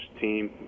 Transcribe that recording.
team